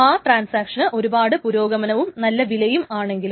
ആ ട്രാൻസാക്ഷന് ഒരുപാട് പുരോഗമനവും നല്ല വിലയും ആണെങ്കിലും